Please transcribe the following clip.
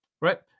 Right